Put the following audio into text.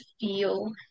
feel